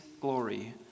glory